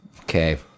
Okay